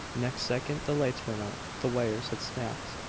next second the lights went out the wires had snapped.